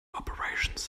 operations